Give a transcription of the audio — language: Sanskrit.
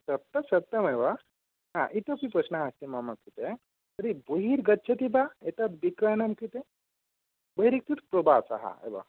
आम् तत् तु सत्यमेव इतोऽपि प्रश्नः अस्ति मम कृते तर्हि बहिर्गच्छति वा एतत् विक्रयणं कृते